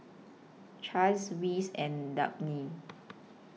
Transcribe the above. Chaz Wes and Dabney